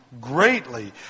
Greatly